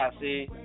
see